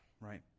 right